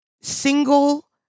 single